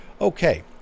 Okay